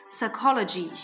Psychology